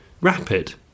rapid